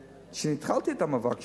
כשהתחלתי את המאבק שלי,